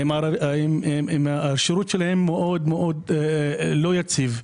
השירות מאוד לא יציב.